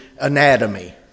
anatomy